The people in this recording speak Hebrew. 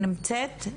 היא נמצאת?